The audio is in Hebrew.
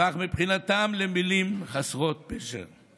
הפך מבחינתם למילים חסרות פשר.